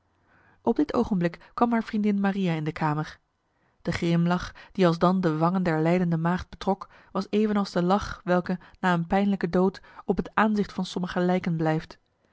op dit ogenblik kwam haar vriendin maria in de kamer de grimlach die alsdan de wangen der lijdende maagd betrok was evenals de lach welke na een pijnlijke dood op het aanzicht van sommige lijken blijft